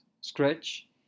scratch